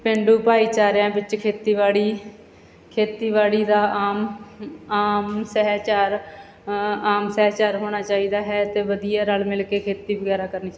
ਪੇਂਡੂ ਭਾਈਚਾਰਿਆਂ ਵਿੱਚ ਖੇਤੀਬਾੜੀ ਖੇਤੀਬਾੜੀ ਦਾ ਆਮ ਆਮ ਸਹਿਚਾਰ ਆਮ ਸਹਿਚਾਰ ਹੋਣਾ ਚਾਹੀਦਾ ਹੈ ਅਤੇ ਵਧੀਆ ਰਲ ਮਿਲ ਕੇ ਖੇਤੀ ਵਗੈਰਾ ਕਰਨੀ